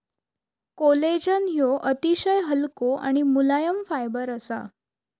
collagen ह्यो अतिशय हलको आणि मुलायम फायबर असा